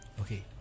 Okay